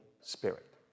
Spirit